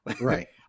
Right